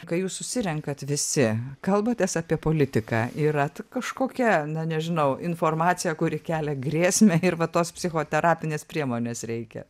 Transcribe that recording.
kai jūs susirenkat visi kalbatės apie politiką yra kažkokia na nežinau informacija kuri kelia grėsmę ir va tos psichoterapinės priemonės reikia